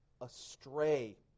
astray